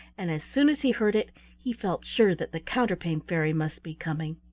and as soon as he heard it he felt sure that the counterpane fairy must be coming.